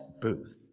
booth